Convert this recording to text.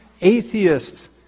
atheists